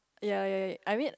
ya ya ya I mean